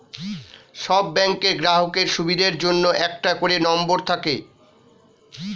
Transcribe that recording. সব ব্যাংকের গ্রাহকের সুবিধার জন্য একটা করে নম্বর থাকে